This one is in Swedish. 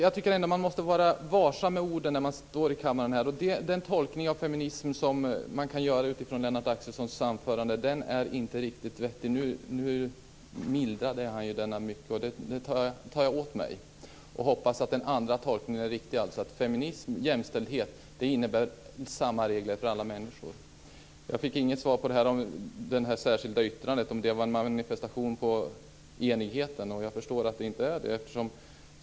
Herr talman! Man måste ändå vara varsam med orden när man talar i denna kammare. Den tolkning av feminismen som kan göras utifrån Lennart Axelssons anförande är inte riktigt vettig. Nu mildrade han det hela väldigt mycket och det suger jag åt mig. Jag hoppas alltså att den andra tolkningen är riktig, dvs. att feminism och jämställdhet innebär samma regler för alla människor. Jag fick inget svar beträffande det särskilda yttrandet - om det var en manifestation av enighet. Jag förstår att det inte är så.